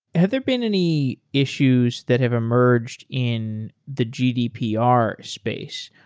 have there been any issues that have emerged in the gdpr space?